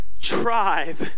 tribe